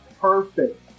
perfect-